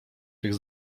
tych